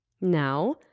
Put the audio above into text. Now